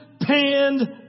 panned